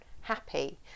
happy